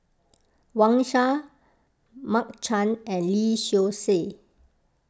Wang Sha Mark Chan and Lee Seow Ser